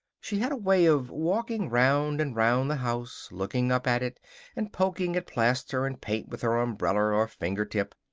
she had a way of walking round and round the house, looking up at it and poking at plaster and paint with her umbrella or finger tip.